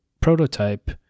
prototype